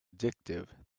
addictive